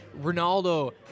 Ronaldo